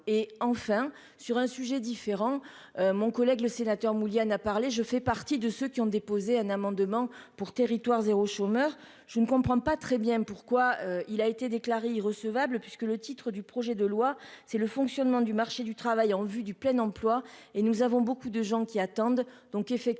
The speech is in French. et enfin sur un sujet différent, mon collègue, le sénateur Mulligan a parlé, je fais partie de ceux qui ont déposé un amendement pour territoire zéro chômeur, je ne comprends pas très bien pourquoi il a été déclarée recevable puisque le titre du projet de loi, c'est le fonctionnement du marché du travail en vue du plein emploi et nous avons beaucoup de gens qui attendent donc effectivement,